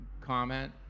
comment